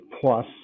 plus